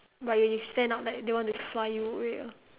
but if you stand up like they want to fly you away ah